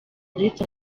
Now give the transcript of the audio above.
uretse